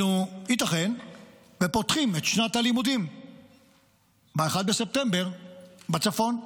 ייתכן שהיינו פותחים את שנת הלימודים ב-1 בספטמבר בצפון,